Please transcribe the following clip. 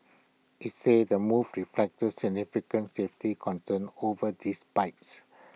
it's said the move reflects the significant safety concerns over these bikes